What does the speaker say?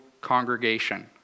congregation